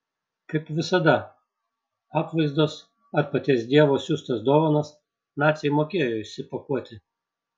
kaip visada apvaizdos ar paties dievo siųstas dovanas naciai mokėjo išsipakuoti